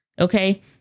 Okay